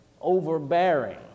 overbearing